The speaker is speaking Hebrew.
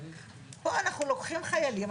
פה אנחנו לוקחים חיילים,